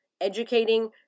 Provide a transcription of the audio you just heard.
educating